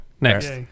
next